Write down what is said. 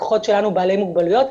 לקוחות שלנו בעלי מוגבלויות,